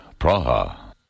Praha